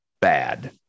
bad